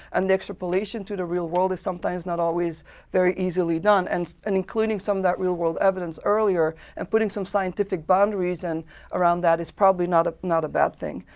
and the extrapolation to the real world is sometimes not always very easily done. and and including some of that real-world evidence earlier and putting some scientific boundaries and around that is probably not not a bad thing.